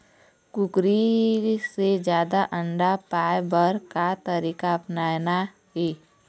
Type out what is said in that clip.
कुकरी से जादा अंडा पाय बर का तरीका अपनाना ये?